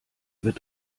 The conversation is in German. wird